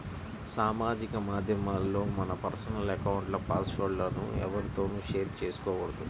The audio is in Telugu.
సామాజిక మాధ్యమాల్లో మన పర్సనల్ అకౌంట్ల పాస్ వర్డ్ లను ఎవ్వరితోనూ షేర్ చేసుకోకూడదు